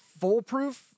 foolproof